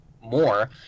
more